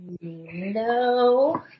no